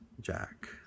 Jack